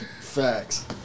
Facts